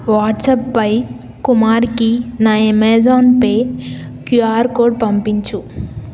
వాట్సాప్పై కుమర్కి నా Amazon Pay QR code పంపించు